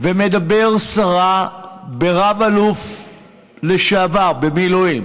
ומדבר סרה ברב-אלוף לשעבר, במילואים,